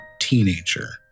teenager